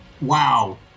Wow